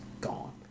Gone